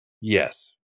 Yes